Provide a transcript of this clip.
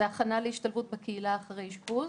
הכנסה להשתלבות בקהילה אחרי אשפוז.